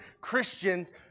Christians